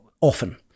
often